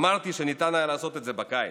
אמרתי שניתן היה לעשות את זה בקיץ,